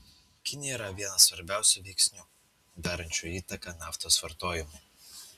kinija yra vienas svarbiausių veiksnių darančių įtaką naftos vartojimui